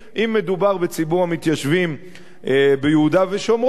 אם מדובר בציבור המתיישבים ביהודה ושומרון,